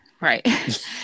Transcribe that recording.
Right